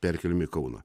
perkėlimo į kauną